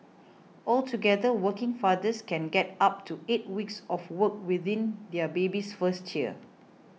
altogether working fathers can get up to eight weeks off work within their baby's first year